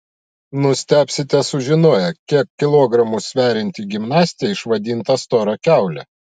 nustebsite sužinoję kiek kilogramų sverianti gimnastė išvadinta stora kiaule